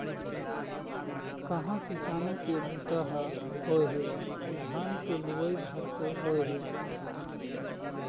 कहाँ किसानी के बूता ह होए हे, धान के लुवई भर तो होय हे